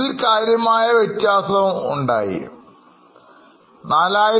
അതിൽ കാര്യമായി വ്യത്യാസമുണ്ടായി